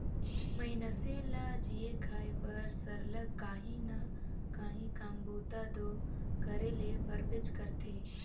मइनसे ल जीए खाए बर सरलग काहीं ना काहीं काम बूता दो करे ले परबेच करथे